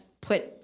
put